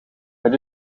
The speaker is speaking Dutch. het